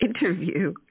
interview